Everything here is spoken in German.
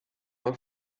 mal